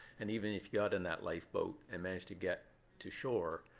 and even if you got in that lifeboat and managed to get to shore,